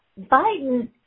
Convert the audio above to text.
Biden